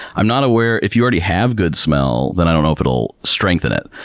i'm not aware, if you already have good smell, then i don't know if it'll strengthen it.